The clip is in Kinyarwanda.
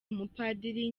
umupadiri